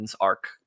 arc